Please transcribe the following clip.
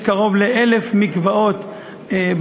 יש קרוב ל-1,000 מקוואות בארץ,